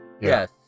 Yes